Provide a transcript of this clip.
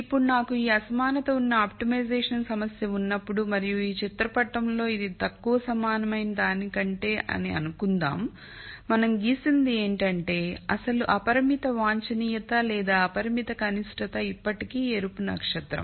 ఇప్పుడు నాకు ఈ అసమానత ఉన్న ఆప్టిమైజేషన్ సమస్య ఉన్నప్పుడు మరియు ఈ చిత్రంలో ఇది తక్కువ సమానమైన దానికంటే అని అనుకుందాం మనం గీసింది ఏమిటంటే అసలు అపరిమిత వాంఛనీయత లేదా అపరిమిత కనిష్టత ఇప్పటికీ ఎరుపు నక్షత్రం